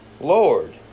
Lord